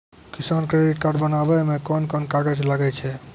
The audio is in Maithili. किसान क्रेडिट कार्ड बनाबै मे कोन कोन कागज लागै छै?